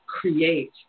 create